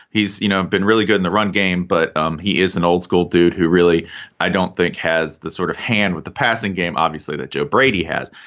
he's you know been really good in the run game, but um he is an old school dude who really i don't think has the sort of hand with the passing game obviously that joe brady has.